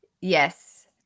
yes